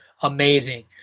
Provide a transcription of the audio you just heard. amazing